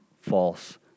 false